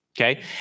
Okay